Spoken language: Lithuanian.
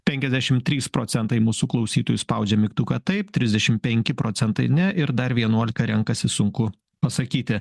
penkiasdešimt trys procentai mūsų klausytojų spaudžia mygtuką taip trisdešimt penki procentai ne ir dar vienuolika renkasi sunku pasakyti